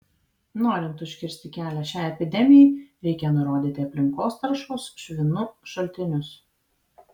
norint užkirsti kelią šiai epidemijai reikia nurodyti aplinkos taršos švinu šaltinius